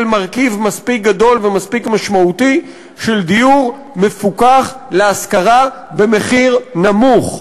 מרכיב מספיק גדול ומספיק משמעותי של דיור מפוקח להשכרה במחיר נמוך,